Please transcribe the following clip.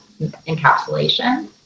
encapsulation